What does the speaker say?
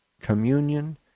communion